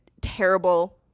terrible